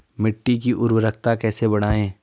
मिट्टी की उर्वरकता कैसे बढ़ायें?